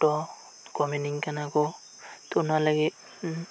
photo comment ᱟᱹᱧ ᱠᱟᱱᱟ ᱠᱚ ᱛᱚ ᱚᱱᱟ ᱞᱟᱹᱜᱤᱫ